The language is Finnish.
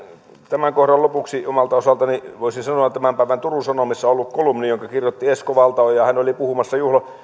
tämän kohdan lopuksi omalta osaltani voisin sanoa että tämän päivän turun sanomissa oli kolumni jonka kirjoitti esko valtaoja hän oli puhumassa